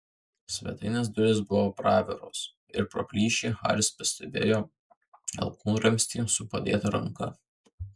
svetainės durys buvo praviros ir pro plyšį haris pastebėjo alkūnramstį su padėta ranka